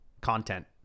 content